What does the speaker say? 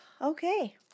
okay